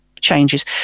changes